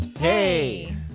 Hey